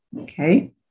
Okay